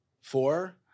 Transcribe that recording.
Four